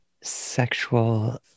sexual